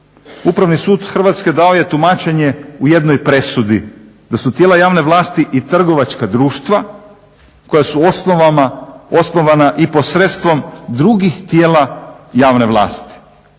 Upravni sud Hrvatske dao je tumačenje u jednoj presudi da su tijela javne vlasti i trgovačka društva koja su osnovana i pod sredstvom drugih tijela javne vlasti.